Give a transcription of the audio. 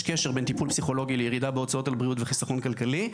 יש קשר בין טיפול פסיכולוגי לירידה בהוצאות על בריאות וחיסכון כלכלי.